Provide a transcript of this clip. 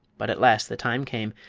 but at last the time came,